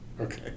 Okay